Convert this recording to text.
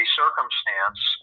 circumstance